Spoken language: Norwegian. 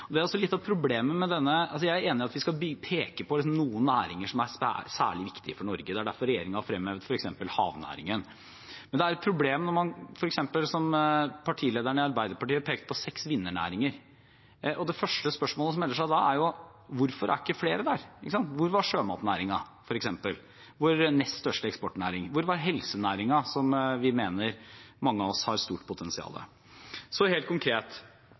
Jeg er enig i at vi skal peke på noen næringer som er særlig viktige for Norge; det er derfor regjeringen fremmer f.eks. havnæringen. Men det er et problem når man, som f.eks. partilederen i Arbeiderpartiet, peker på seks vinnernæringer. Det første spørsmålet som melder seg da, er hvorfor det ikke er flere der. Hvor var f.eks. sjømatnæringen, vår nest største eksportnæring? Hvor var helsenæringen, som mange av oss mener har stort potensial? Helt konkret: